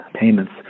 payments